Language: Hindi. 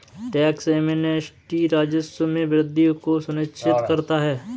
टैक्स एमनेस्टी राजस्व में वृद्धि को सुनिश्चित करता है